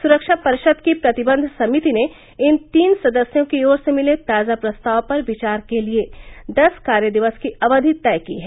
सुरक्षा परिषद की प्रतिबंध समिति ने इन तीन सदस्यों की ओर से मिले ताजा प्रस्ताव पर विचार के लिए दस कार्यदिवस की अवधि तय की है